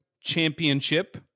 championship